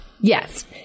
Yes